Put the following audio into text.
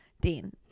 Dean